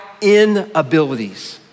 inabilities